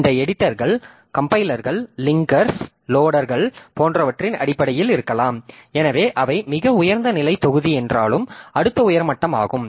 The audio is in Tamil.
இந்த எடிட்டர்கள் கம்பைலர்கள் லிங்கர்ஸ் லோடர்கள் போன்றவற்றின் அடிப்படையில் இருக்கலாம் எனவே அவை மிக உயர்ந்த நிலை தொகுதி என்றாலும் அடுத்த உயர் மட்டமாகும்